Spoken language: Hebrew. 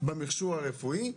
במכשור הרפואי.